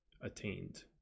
attained